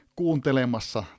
kuuntelemassa